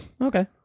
Okay